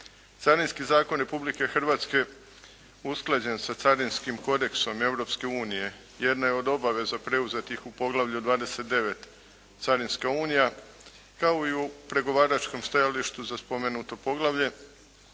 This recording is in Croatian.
Carinski zakon Republike Hrvatske usklađen sa carinskim kodeksom Europske unije jedna je od obaveza preuzetih u poglavlju 29 – Carinska unija kao i u pregovaračkom stajalištu za spomenuto poglavlje